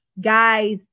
guys